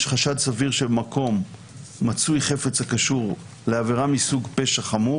יש חשד סביר שבמקום מצוי חפץ הקשור לעבירה מסוג פשע חמור